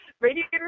Radiator